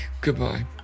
Goodbye